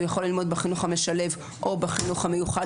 הוא יכול ללמוד בחינוך המשלב או בחינוך המיוחד.